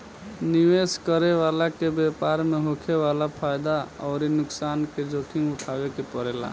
निवेश करे वाला के व्यापार में होखे वाला फायदा अउरी नुकसान के जोखिम उठावे के पड़ेला